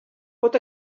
pot